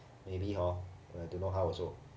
maybe hor I don't know how also